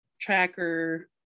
tracker